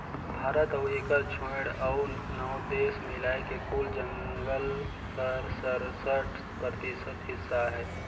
भारत अउ एकर छोंएड़ अउ नव देस मिलाए के कुल जंगल कर सरसठ परतिसत हिस्सा अहे